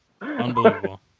Unbelievable